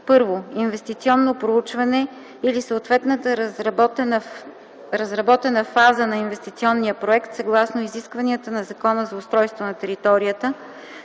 прединвестиционно проучване или съответната разработена фаза на инвестиционния проект съгласно изискванията на Закона за устройство на територията,